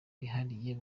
bwihariye